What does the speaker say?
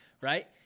right